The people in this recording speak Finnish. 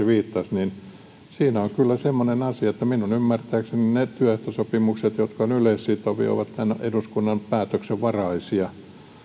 viittasi on kyllä semmoinen asia että minun ymmärtääkseni ne työehtosopimukset jotka ovat yleissitovia ovat tämän eduskunnan päätöksen varaisia